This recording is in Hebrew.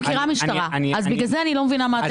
כדי להקים את התחנה הזאת